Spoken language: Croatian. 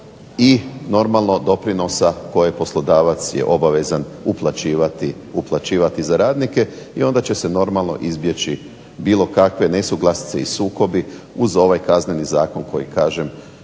i normalno doprinosa koje poslodavac je obavezan uplaćivati za radnike. I onda će se normalno izbjeći bilo kakve nesuglasice i sukobi uz ovaj Kazneni zakon koji kažem